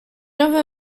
other